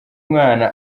umwana